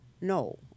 no